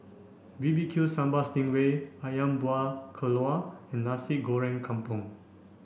B B Q Sambal Sting Ray Ayam Buah Keluak and Nasi Goreng Kampung